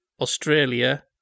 Australia